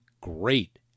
great